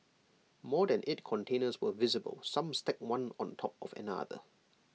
more than eight containers were visible some stacked one on top of another